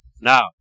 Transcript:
Now